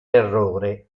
errore